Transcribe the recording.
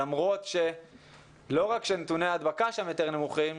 למרות שלא רק שנתוני ההדבקה שם יותר נמוכים,